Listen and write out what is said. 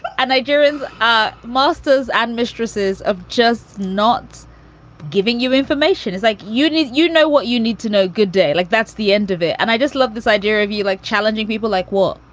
and nigerian's ah masters and mistresses of just not giving you information is like you need. you know what you need to know. good day. like that's the end of it. and i just love this idea of you you like challenging people like, well,